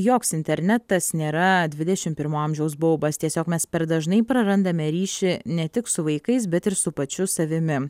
joks internetas nėra dvidešim pirmo amžiaus baubas tiesiog mes per dažnai prarandame ryšį ne tik su vaikais bet ir su pačiu savimi